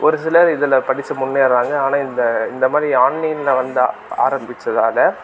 ஒரு சிலர் இதில் படித்து முன்னேறுறாங்க ஆனால் இந்த இந்த மாதிரி ஆன்லைனில் வந்து ஆரம்பிச்சதால்